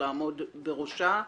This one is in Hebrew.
לעמוד בראשה.